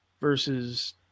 versus